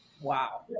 wow